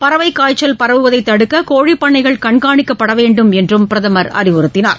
பறவை காய்ச்சல் பரவுவதை தடுக்க கோழிப் பண்ணைகள் கண்காணிக்கப்பட வேண்டும் என்று பிரதமர் அறிவுறுத்தினார்